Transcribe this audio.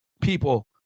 people